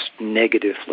negatively